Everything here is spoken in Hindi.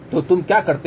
तो तुम क्या करते हो